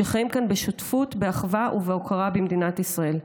שחיים כאן בשותפות, באחווה ובהוקרה במדינת ישראל.